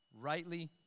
Rightly